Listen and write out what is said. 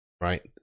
right